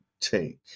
take